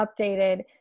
updated